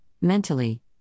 mentally